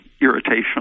irritation